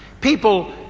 people